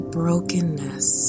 brokenness